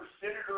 Senator